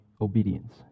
obedience